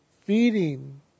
feeding